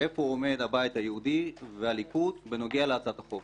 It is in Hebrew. איפה עומד הבית היהודי והליכוד בנוגע להצעת החוק?